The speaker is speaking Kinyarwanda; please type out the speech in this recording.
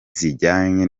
zijyanye